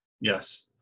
Yes